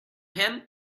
him